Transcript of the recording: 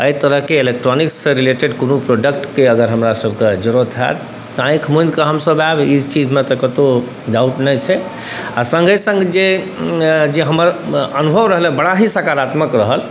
एहि तरहके एलेक्ट्रॉनिक्ससँ रिलेटेड कोनो प्रोडक्टके अगर हमरासबके जरूरत हैत तऽ आँखि मुनिकऽ हमसब आएब ई चीजमे तऽ कतहु डाउट नहि छै आओर सङ्गे सङ्ग जे हमर अनुभव रहल बड़ा ही सकारात्मक रहल